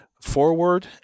forward